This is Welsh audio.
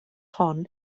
hon